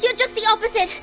yeah just the opposite,